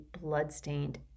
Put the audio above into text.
bloodstained